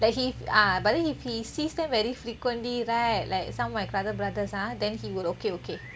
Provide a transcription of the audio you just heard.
but then if he sees them very frequently right like some of my cousin brothers ah then he would okay okay